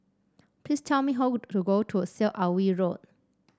please tell me how to go to Syed Alwi Road